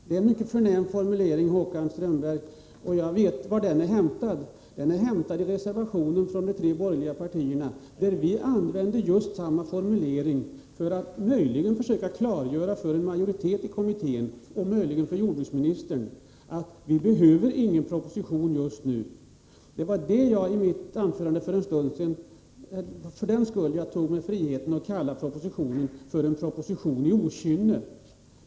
Det är en mycket förnäm formulering, Håkan Strömberg, och jag vet varifrån den är hämtad, nämligen från reservationen av de tre borgerliga partierna, där vi använde just samma formulering för att försöka klargöra för en majoritet i livsmedelskommittén och möjligen för jordbruksministern att det inte behövs någon proposition just nu. Det var för den skull som jag i mitt anförande för en stund sedan tog mig friheten att kalla propositionen för en proposition i okynne.